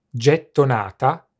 gettonata